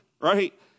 right